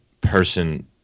person